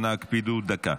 אנא הקפידו, דקה.